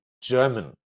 German